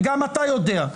וגם אתה יודע,